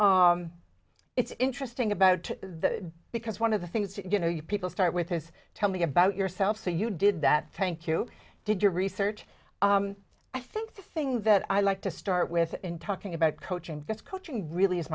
and it's interesting about that because one of the things you know you people start with is tell me about yourself so you did that thank you did your research i think the thing that i like to start with in talking about coaching that's coaching really